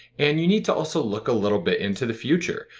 and you need to also look a little bit into the future.